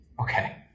Okay